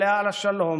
עליה השלום,